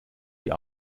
die